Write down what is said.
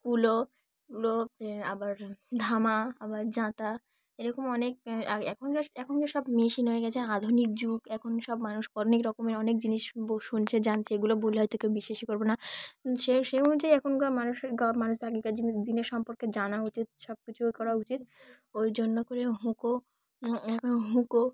কুলো কুলো এ আবার ধামা আবার যাঁতা এরকম অনেক এখনকার এখনকার সব মেশিন হয়ে গিয়েছে আধুনিক যুগ এখন সব মানুষ অনেক রকমের অনেক জিনিস বো শুনছে জানছে যেগুলো বললে হয়তো কেউ বিশ্বাসই করবে না সে সেই অনুযায়ী এখনকার মানুষের কার মানুষদের আগেকার জিন দিনের সম্পর্কে জানা উচিত সব কিছু এ করা উচিত ওই জন্য করে হুঁকো এখন হুঁকো